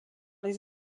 les